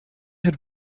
had